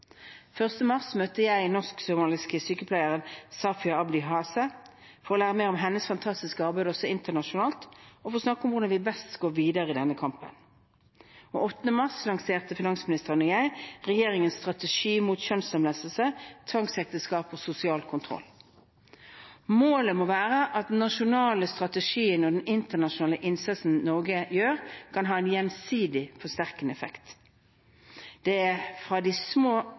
mars møtte jeg den norsk-somaliske sykepleieren Safia Abdi Haase, for å lære mer om hennes fantastiske arbeid også internasjonalt og for å snakke om hvordan vi best går videre i denne kampen. Den 8. mars lanserte finansministeren og jeg regjeringens strategi mot kjønnslemlestelse, tvangsekteskap og sosial kontroll. Målet må være at den nasjonale strategien og den internasjonale innsatsen Norge gjør, kan ha en gjensidig forsterkende effekt. Det er fra de små